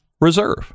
reserve